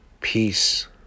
peace